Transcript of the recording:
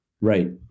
Right